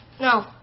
No